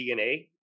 DNA